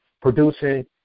producing